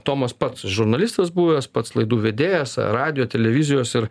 tomas pats žurnalistas buvęs pats laidų vedėjas radijo televizijos ir